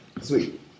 Sweet